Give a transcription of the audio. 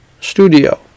studio